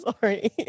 sorry